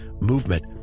movement